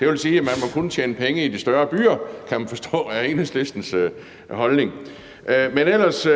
Det vil sige, at man kun må tjene penge i de større byer, kan man forstå er Enhedslistens holdning. Men ellers